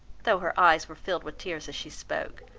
though her eyes were filled with tears as she spoke,